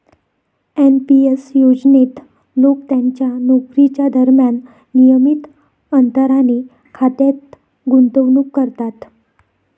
NP S योजनेत लोक त्यांच्या नोकरीच्या दरम्यान नियमित अंतराने खात्यात गुंतवणूक करतात